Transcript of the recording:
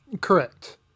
Correct